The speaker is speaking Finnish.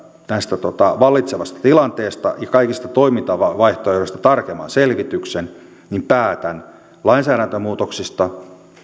vallitsevasta tilanteesta ja kaikista toimintavaihtoehdoista tarkemman selvityksen niin päätän lainsäädäntömuutoksista